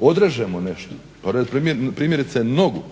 odrežemo nešto primjerice nogu,